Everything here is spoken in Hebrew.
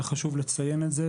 חשוב לציין את זה,